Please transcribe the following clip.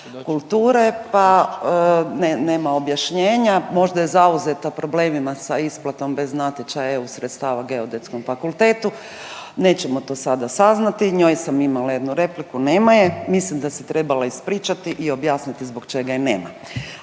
pa nema objašnjenja. Možda je zauzeta problemima sa isplatom bez natječaja EU sredstava Geodetskom fakultetu, nećemo to sada saznati, njoj sam imala jednu repliku, nema je, mislim da se trebala ispričati i objasniti zbog čega je nema.